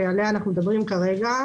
שעליה אנחנו מדברים כרגע,